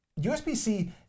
USB-C